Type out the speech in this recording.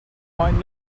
might